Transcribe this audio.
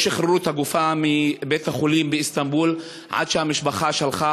לא שחררו את הגופה מבית-החולים באיסטנבול עד שהמשפחה שלחה